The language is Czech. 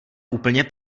úplně